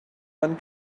one